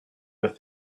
with